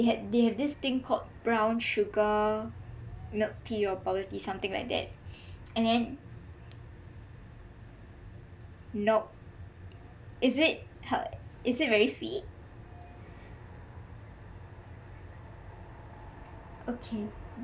they they have this thing called brown sugar milk tea or bubble tea something like that and then nope is it heal~ is it very sweet okay